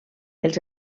els